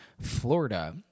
Florida